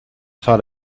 thought